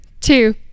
two